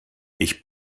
ich